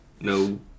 No